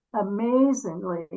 amazingly